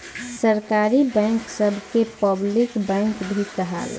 सरकारी बैंक सभ के पब्लिक बैंक भी कहाला